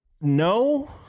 no